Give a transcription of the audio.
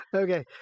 okay